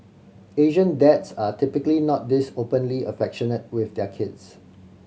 Asian dads are typically not this openly affectionate with their kids